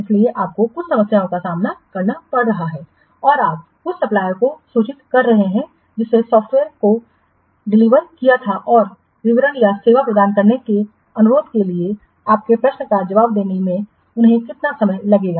इसलिए आपको कुछ समस्याओं का सामना करना पड़ रहा है और आप उस सप्लायर्सको सूचित कर रहे हैं जिसे सॉफ्टवेयर को डिलीवर किया गया था और विवरण या सेवा प्रदान करने के अनुरोध के लिए आपके प्रश्न का जवाब देने में उन्हें कितना समय लगेगा